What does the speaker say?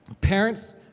parents